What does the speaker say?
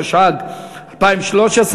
התשע"ג 2013,